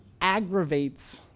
aggravates